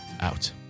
out